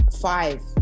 Five